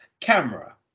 camera